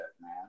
man